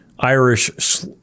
Irish